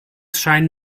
scheinen